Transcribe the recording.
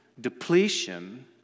depletion